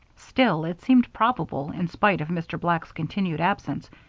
still, it seemed probable, in spite of mr. black's continued absence,